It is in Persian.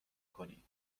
کنی